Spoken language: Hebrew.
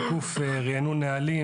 תיקוף ריענון נהלים,